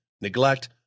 neglect